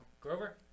Grover